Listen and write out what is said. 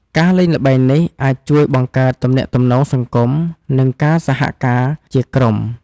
ការលេងល្បែងនេះអាចជួយបង្កើតទំនាក់ទំនងសង្គម និងការសហការជាក្រុម។